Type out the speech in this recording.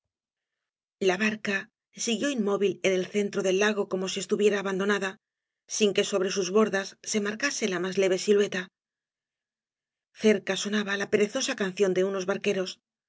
la barca siguió inmóvil en el centro del lagoi eomo si estuviera abandonada sin que sobre sus bordas se marcase la más leve silueta cerca sonaba la perezosa canción de unos barqueros